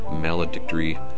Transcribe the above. maledictory